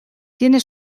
tiene